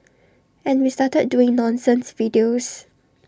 and we started doing nonsense videos